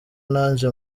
naje